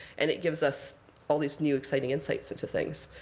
and it gives us all these new exciting insights into things.